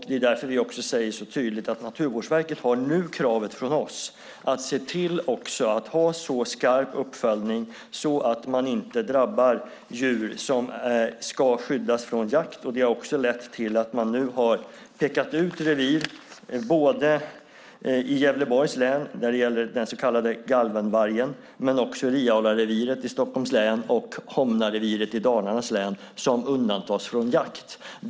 Det är därför vi också så tydligt säger att Naturvårdsverket nu har ett krav från oss att se till att ha en så skarp uppföljning att inte djur som ska skyddas från jakt drabbas. Det har också lett till att man nu har pekat ut revir, nämligen Galvenreviret i Gävleborgs län, Rialareviret i Stockholms län och Homnareviret i Dalarnas län, som undantas från jakt.